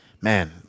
man